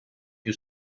più